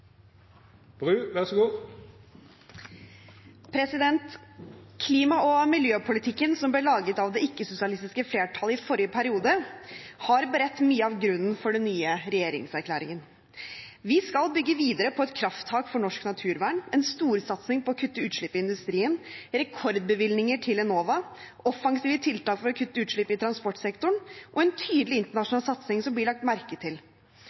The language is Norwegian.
miljøpolitikken som ble laget av det ikke-sosialistiske flertallet i forrige periode, har beredt mye av grunnen for den nye regjeringserklæringen. Vi skal bygge videre på et krafttak for norsk naturvern, en storsatsing på å kutte utslippene i industrien, rekordbevilgninger til Enova, offensive tiltak for å kutte utslipp i transportsektoren og en tydelig internasjonal satsing som blir lagt merke til.